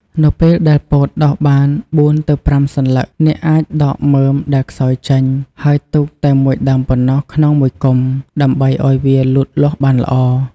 នៅពេលដែលពោតដុះបាន ៤ ទៅ ៥ សន្លឹក អ្នកអាចដកដើមដែលខ្សោយចេញ ហើយទុកតែមួយដើមប៉ុណ្ណោះក្នុងមួយគុម្ព ដើម្បីឱ្យវាលូតលាស់បានល្អ។